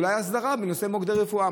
אולי הסדרה בנושא מוקדי רפואה.